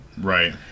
Right